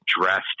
dressed